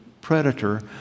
predator